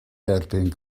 derbyn